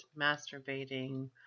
masturbating